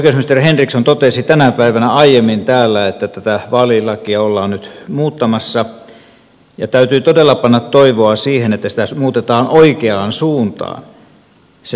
oikeusministeri henriksson totesi tänä päivänä aiemmin täällä että tätä vaalilakia ollaan nyt muuttamassa ja täytyy todella panna toivoa siihen että sitä muutetaan oikeaan suuntaan